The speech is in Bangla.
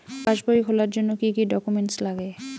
পাসবই খোলার জন্য কি কি ডকুমেন্টস লাগে?